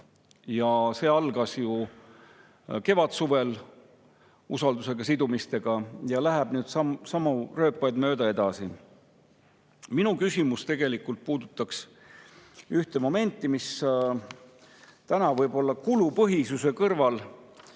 see algas ju kevadsuvel usaldusega sidumistega ja läheb nüüd samu rööpaid mööda edasi. Minu küsimus puudutab ühte momenti, mis täna jäi kulupõhisuse kõrval